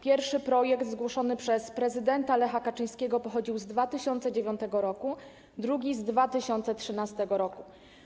Pierwszy projekt, zgłoszony przez prezydenta Lecha Kaczyńskiego, pochodził z 2009 r., drugi z 2013 r.